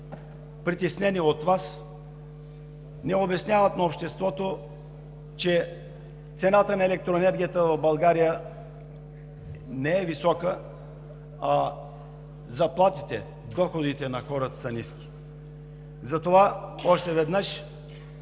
притеснени от Вас, не обясняват на обществото, че цената на електроенергията в България не е висока, а заплатите, доходите на хората са ниски. Затова още веднъж